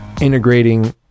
integrating